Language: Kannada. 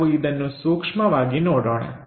ನಾವು ಇದನ್ನು ಸೂಕ್ಷ್ಮವಾಗಿ ನೋಡೋಣ